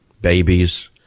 babies